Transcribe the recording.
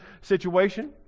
situation